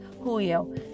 Julio